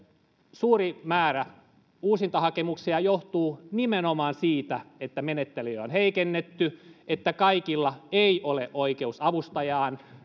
suuri määrä uusintahakemuksia johtuu nimenomaan siitä että menettelyjä on heikennetty että kaikilla ei ole oikeutta avustajaan